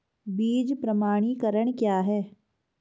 बीज प्रमाणीकरण क्या है?